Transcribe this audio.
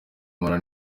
mpora